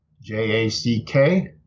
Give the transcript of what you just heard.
J-A-C-K